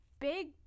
big